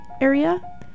area